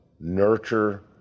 nurture